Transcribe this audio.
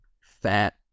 fat